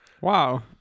Wow